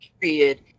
Period